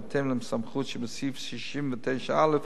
בהתאם לסמכות שבסעיף 69(א)